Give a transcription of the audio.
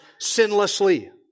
sinlessly